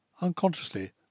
Unconsciously